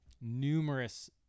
numerous